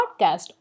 podcast